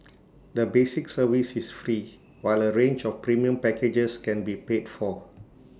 the basic service is free while A range of premium packages can be paid for